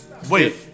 Wait